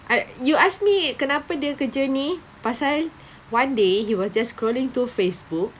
uh you ask me kenapa dia kerja ni pasal one day he was just scrolling through Facebook